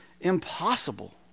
impossible